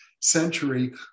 century